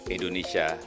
Indonesia